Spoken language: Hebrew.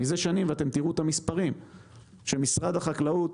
אתם יכולים לראות שתקציב משרד החקלאות